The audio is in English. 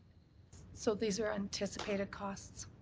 so these are anticipated costs?